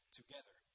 together